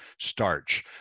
starch